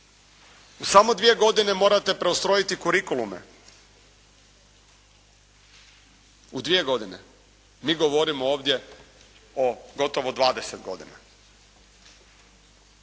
U samo dvije godine morate preustrojiti kurikulume, u dvije godine. Mi govorimo ovdje o gotovo 20 godina.